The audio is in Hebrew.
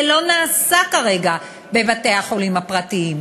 זה לא נעשה כרגע בבתי-החולים הפרטיים.